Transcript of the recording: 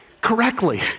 correctly